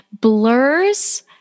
blurs